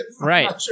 Right